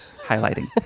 highlighting